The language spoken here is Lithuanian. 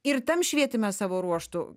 ir tam švietime savo ruožtu